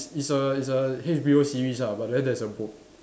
it's a it's a H_B_O series ah but then there's a book